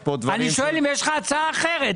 אני שואל אם יש לך הצעה אחרת.